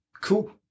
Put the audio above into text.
Cool